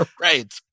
Right